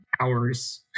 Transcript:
hours